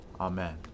Amen